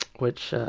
which